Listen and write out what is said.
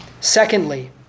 Secondly